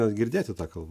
net girdėti tą kalbą